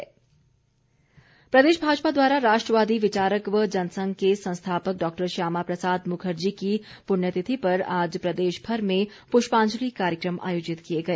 बलिदान दिवस प्रदेश भाजपा द्वारा राष्ट्रवादी विचारक व जनसंघ के संस्थापक डॉक्टर श्यामा प्रसाद मुखर्जी की पुण्यतिथि पर आज प्रदेशभर में पुष्पांजलि कार्यक्रम आयोजित किए गए